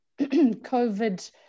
Covid